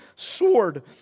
sword